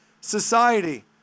society